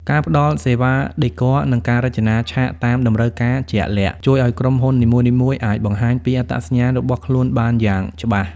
ការផ្តល់សេវាដេគ័រ និងការរចនាឆាកតាមតម្រូវការជាក់លាក់ ជួយឱ្យក្រុមហ៊ុននីមួយៗអាចបង្ហាញពីអត្តសញ្ញាណរបស់ខ្លួនបានយ៉ាងច្បាស់។